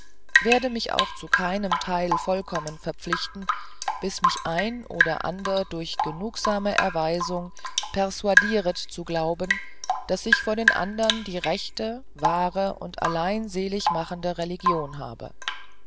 werde mich auch zu keinem teil vollkommen verpflichten bis mich ein oder ander durch genugsame erweisungen persuadieret zu glauben daß er vor den andern die rechte wahre und alleinseligmachende religion habe